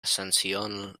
ascensión